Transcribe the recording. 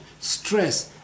stress